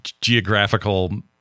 geographical